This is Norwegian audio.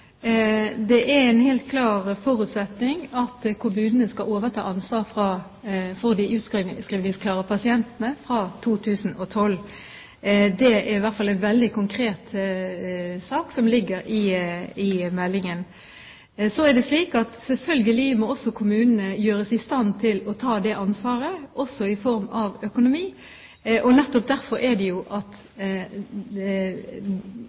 å ta en titt til på Fremskrittspartiets alternative statsbudsjett? Det er en helt klar forutsetning at kommunene skal overta ansvaret for de utskrivningsklare pasientene fra 2012. Det er i hvert fall en veldig konkret sak som ligger i meldingen. Selvfølgelig må kommunene gjøres i stand til å ta det ansvaret, også i form av økonomi. Nettopp derfor er det jo